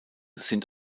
sind